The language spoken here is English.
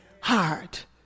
heart